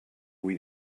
vull